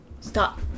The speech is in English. Stop